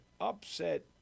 upset